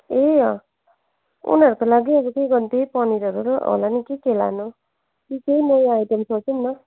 ए अँ उनीहरूको लागि अब के गर्नु त्यही पनिरहरू होला नि कि के लानु कि केही नयाँ आइटम सोचौँ न